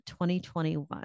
2021